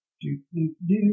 Do-do-do